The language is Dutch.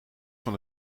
van